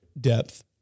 Depth